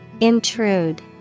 Intrude